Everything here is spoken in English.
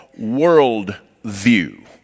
worldview